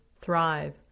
thrive